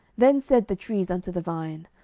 then said the trees unto the vine,